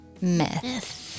myth